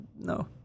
no